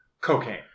cocaine